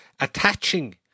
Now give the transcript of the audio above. attaching